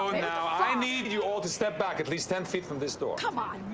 no, now i need you all to step back at least ten feet from this door. come on.